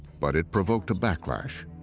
but it provoked a backlash.